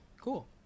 Cool